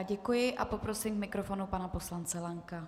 Děkuji a poprosím k mikrofonu pana poslance Lanka.